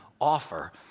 offer